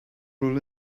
rule